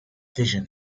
vision